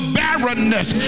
barrenness